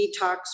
detox